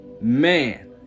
man